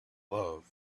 love